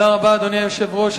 אדוני היושב-ראש,